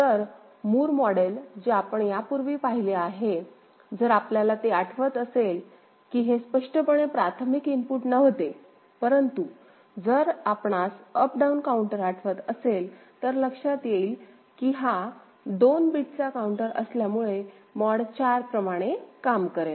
तर Moore model जे आपण यापूर्वी पाहिले आहे जर आपल्याला ते आठवत असेल की हे स्पष्टपणे प्राथमिक इनपुट नव्हते परंतु जर आपणास अप डाउन काउंटर आठवत असेल तर लक्षात येईल की हा 2 बिटचा काउंटर असल्यामुळे मॉड 4 प्रमाणे काम करेल